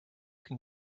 can